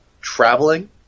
traveling